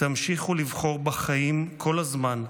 תמשיכו לבחור בחיים כל הזמן,